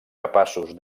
capaços